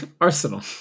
Arsenal